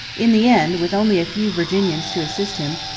in the end, with only a few virginians to assist him,